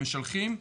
משלחים.